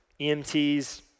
EMTs